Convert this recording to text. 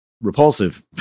repulsive